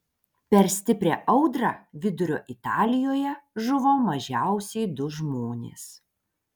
per stiprią audrą vidurio italijoje žuvo mažiausiai du žmonės